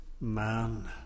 man